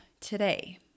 today